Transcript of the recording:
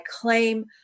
claim